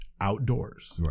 outdoors